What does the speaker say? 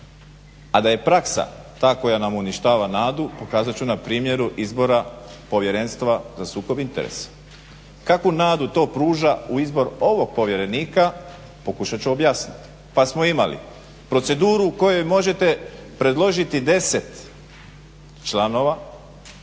A da je praksa ta koja nam uništava nadu pokazat ću na primjeru povjerenstva za sukob interesa. Kakvu nadu to pruža u izbor ovog povjerenika. Pokušat ću objasnit. Pa smo imali proceduru o kojoj možete predložiti deset članova